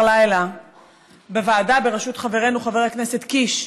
לילה בוועדה בראשות חברנו חבר הכנסת קיש,